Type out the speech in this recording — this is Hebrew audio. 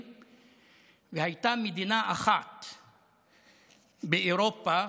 והייתה מדינה אחת באירופה,